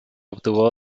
obtuvo